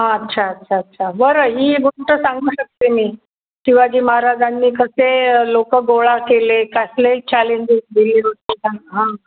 अच्छा अच्छा अच्छा बरं ही गोष्ट सांगू शकते मी शिवाजी महाराजांनी कसे लोकं गोळा केले कसले चॅलेंजेस दिले होते त्यांना